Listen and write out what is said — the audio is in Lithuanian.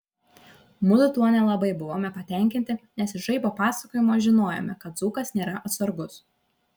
mudu tuo nelabai buvome patenkinti nes iš žaibo pasakojimo žinojome kad dzūkas nėra atsargus